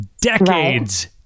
decades